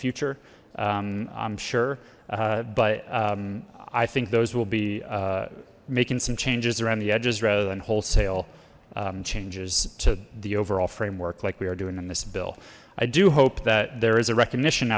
future i'm sure but i think those will be making some changes around the edges rather than wholesale changes to the overall framework like we are doing in this bill i do hope that there is a recognition